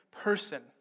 person